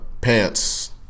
Pants